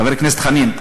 חבר הכנסת חנין,